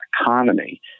economy